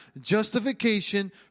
Justification